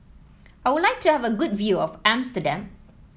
I would like to have a good view of Amsterdam